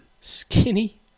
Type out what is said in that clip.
Skinny